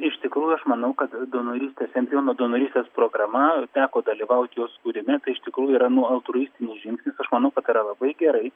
iš tikrųjų aš manau kad donorystės embriono donorystės programa teko dalyvaut jos kūrime tai iš tikrųjų yra nu altruistinis žingsnis aš manau kad tai yra labai gerai